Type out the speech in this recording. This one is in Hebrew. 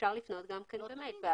אפשר לפנות גם במייל.